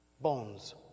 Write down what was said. Bones